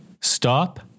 Stop